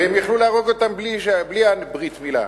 הרי הם יכלו להרוג אותם בלי הברית מילה.